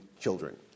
children